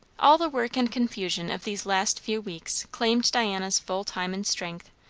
all the work and confusion of these last few weeks claimed diana's full time and strength,